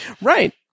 Right